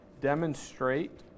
demonstrate